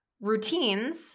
routines